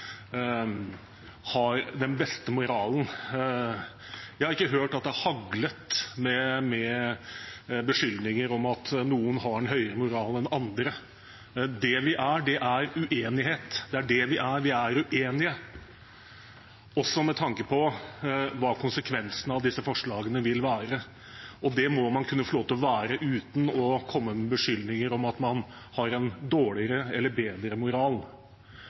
har den beste moralen: Jeg har ikke hørt at det har haglet med beskyldninger om at noen har en høyere moral enn andre. Det vi har, er uenighet. Det er det vi er – vi er uenige – også med tanke på hva konsekvensene av disse forslagene vil være. Det må man kunne få lov til å være uten at det kommer beskyldninger om at man har en dårligere eller bedre moral.